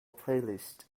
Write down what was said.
playlist